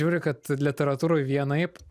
žiūri kad literatūroj vienaip